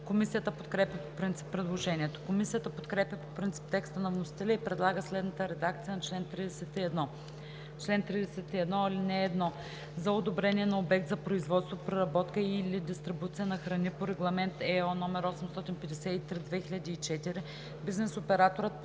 Комисията подкрепя по принцип предложението. Комисията подкрепя по принцип текста на вносителя и предлага следната редакция на чл. 31: „Чл. 31. (1) За одобрение на обект за производство, преработка и/или дистрибуция на храни по Регламент (ЕО) № 853/2004 бизнес операторът подава